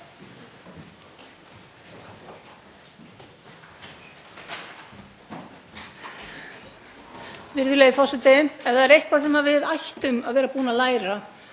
Virðulegi forseti. Ef það er eitthvað sem við ættum að vera búin að læra